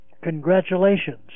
congratulations